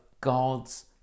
God's